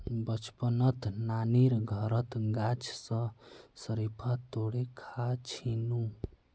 बचपनत नानीर घरत गाछ स शरीफा तोड़े खा छिनु